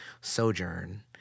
sojourn